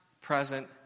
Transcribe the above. present